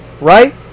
right